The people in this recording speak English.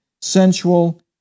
sensual